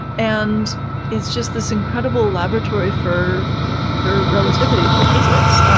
and it's just this incredible laboratory for for relativity, for physics,